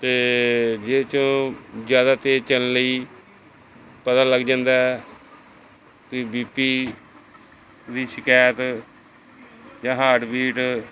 ਅਤੇ ਜਿਸ 'ਚੋਂ ਜ਼ਿਆਦਾ ਤੇਜ਼ ਚੱਲਣ ਲਈ ਪਤਾ ਲੱਗ ਜਾਂਦਾ ਵੀ ਬੀ ਪੀ ਦੀ ਸ਼ਿਕਾਇਤ ਜਾਂ ਹਾਰਟਵੀਟ